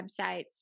websites